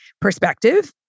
perspective